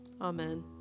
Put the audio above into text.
Amen